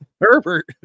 Herbert